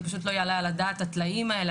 זה פשוט לא יעלה על הדעת הטלאים האלה,